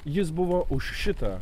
jis buvo už šitą